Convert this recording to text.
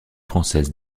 française